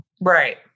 Right